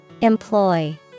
Employ